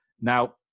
Now